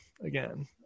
again